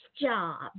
job